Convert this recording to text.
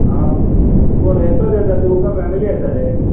आं कोण एकटोच येता तूं काय फॅमिली येता रे